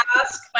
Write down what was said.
ask